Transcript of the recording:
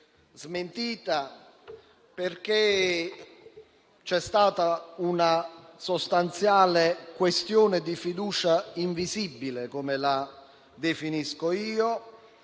smentita, perché c'è stata una sostanziale questione di fiducia invisibile, come io la definisco.